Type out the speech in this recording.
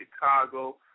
Chicago